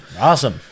Awesome